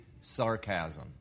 sarcasm